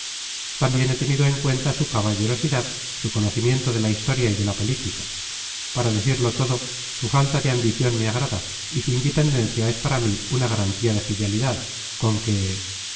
también he tenido en cuenta su caballerosidad su conocimiento de la historia y de la política para decirlo todo su falta de ambición me agrada y su independencia es para mí una garantía de fidelidad con que